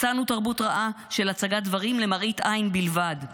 מצאנו תרבות רעה של הצגת דברים למראית עין בלבד,